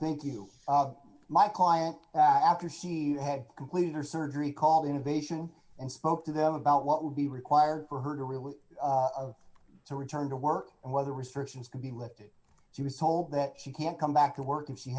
thank you my client after she had completed her surgery call innovation and spoke to them about what would be required for her to really to return to work and whether restrictions could be lifted she was told that she can't come back to work if she